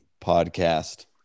podcast